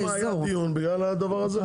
דיברנו, היה דיון בגלל הדבר הזה.